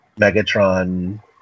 Megatron